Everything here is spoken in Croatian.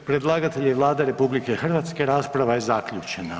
Predlagatelj je Vlada RH, rasprava je zaključena.